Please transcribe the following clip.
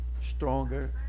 stronger